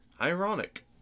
Ironic